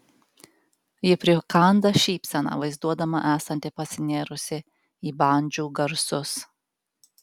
ji prikanda šypseną vaizduodama esanti pasinėrusi į bandžų garsus